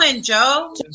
Joe